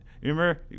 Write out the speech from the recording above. remember